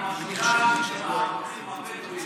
על סדר-היום, שאילתות דחופות.